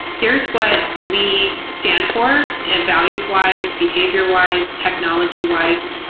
here's what we stand for, and values-wise, behavior-wise, technology-wise,